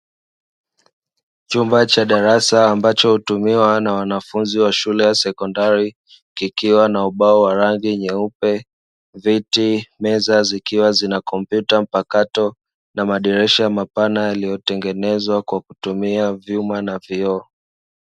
Chumba cha darasa ambacho hutumiwa na wanafunzi wa shule ya sekondari kikiwa na ubao wa rangi nyeupe, viti, meza zikiwa zina kompyuta mpakato na madirisha mapana yaliyotengenezwa kwa kutumia vyuma na vioo.